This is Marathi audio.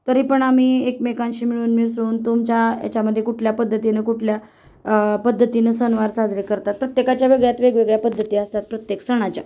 तरीपण आम्ही एकमेकांशी मिळून मिसळून तुमच्या याच्यामध्ये कुठल्या पद्धतीनं कुठल्या पद्धतीनं सणवार साजरे करतात प्रत्येकाच्या वेगळ्यात वेगवेगळ्या पद्धती असतात प्रत्येक सणाच्या